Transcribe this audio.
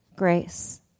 grace